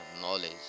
knowledge